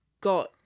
got